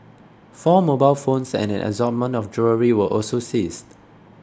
four mobile phones and an assortment of jewellery were also seized